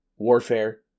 warfare